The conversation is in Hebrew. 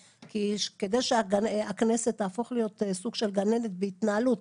כי כדי שהכנסת תהפוך להיות סוג של גננת בהתנהלות,